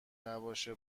نباشه